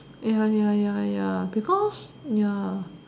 ya ya ya ya because ya